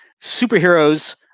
superheroes